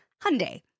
Hyundai